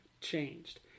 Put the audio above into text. changed